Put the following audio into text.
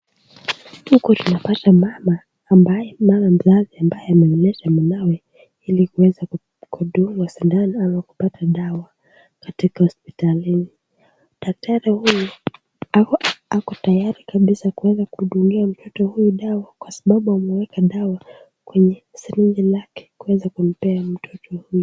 Huku tunapata mama ambaye, mama mzazi ambaye amemleta mwanawe ili kuweza kudungwa sindano ama kupata dawa katika hospitalini. Daktari huyu ako tayari kabisa kuweza kudungia mtoto huyu dawa kwa sababu wameweka dawa kwenye srinji lake kuweza kumpea mtoto huyu.